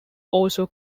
also